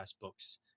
books